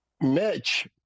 Mitch